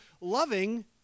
loving